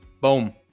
Boom